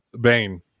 Bane